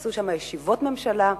עשו שם ישיבות ממשלה,